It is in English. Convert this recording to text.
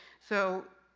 so,